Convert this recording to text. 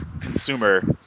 consumer